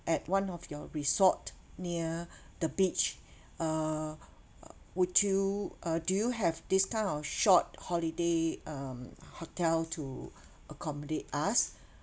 at one of your resort near the beach uh would you uh do you have this kind of short holiday um hotel to accommodate us